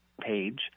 page